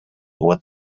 what